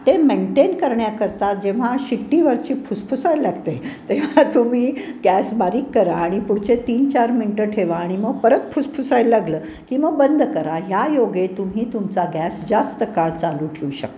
ते मेंटेन करण्याकरता जेव्हा शिट्टी वरची फुसफुसायला लागते तेव्हा तुम्ही गॅस बारीक करा आणि पुढचे तीन चार मिनटं ठेवा आणि मग परत फुसफुसायला लागलं की मग बंद करा ह्या योगे तुम्ही तुमचा गॅस जास्त काळ चालू ठेऊ शकता